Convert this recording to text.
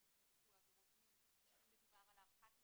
מפני ביצוע עבירות מין מדובר על הערכת מסוכנות,